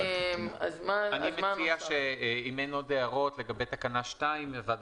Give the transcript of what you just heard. אני מציע שאם אין עוד הערות לגבי תקנה 2 הוועדה